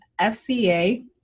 fca